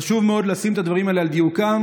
חשוב מאוד לשים את הדברים האלה על דיוקם.